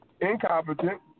incompetent